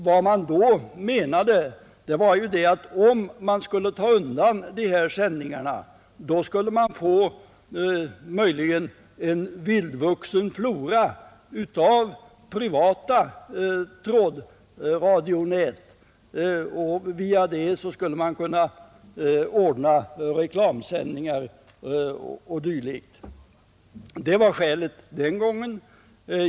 Vad man då menade var att om man skulle ta undan sändningar av detta slag skulle man möjligen få en vildvuxen flora av privata trådradionät, och via dem skulle man kunna ordna reklamsändningar o. d. Det var skälet den gången.